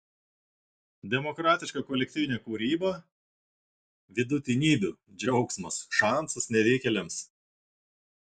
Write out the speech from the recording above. demokratiška kolektyvinė kūryba vidutinybių džiaugsmas šansas nevykėliams